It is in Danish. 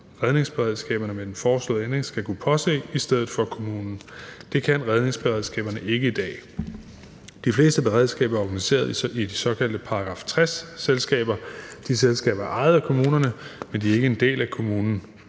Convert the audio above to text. redningsberedskaberne med den foreslåede ændring skal kunne påse i stedet for kommunen. Det kan redningsberedskaberne ikke i dag. De fleste beredskaber er organiseret i de såkaldte § 60-selskaber. De selskaber er ejet af kommunerne, men de er ikke en del af kommunen.